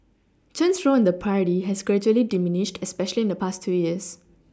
Chen's role in the party has gradually diminished especially in the past two years